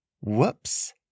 Whoops